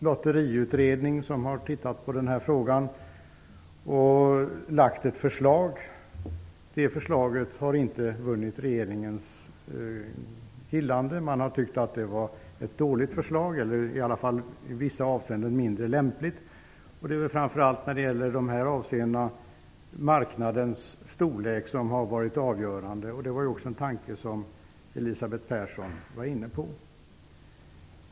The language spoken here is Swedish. Lotteriutredningen har tittat på frågan och lagt fram ett förslag, som inte har vunnit regeringens gillande. Man ansåg att förslaget var om inte dåligt så i vissa avseenden mindre lämpligt. Det är framför allt marknadens storlek som har varit avgörande, vilket också är en tanke som Elisabeth Persson var inne på.